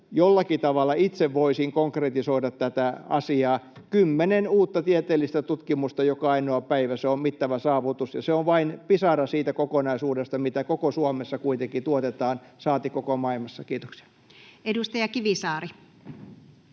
jollakin tavalla itse voisin konkretisoida tätä asiaa: Kymmenen uutta tieteellistä tutkimusta joka ainoa päivä. Se on mittava saavutus, ja se on vain pisara siitä kokonaisuudesta, mitä koko Suomessa kuitenkin tuotetaan, saati koko maailmassa. — Kiitoksia. Edustaja Kivisaari.